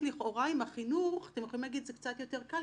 אני אתחיל ואומר שצר לי שקורים מקרים כאלו.